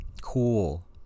cool